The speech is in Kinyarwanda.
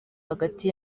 hagati